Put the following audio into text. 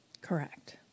Correct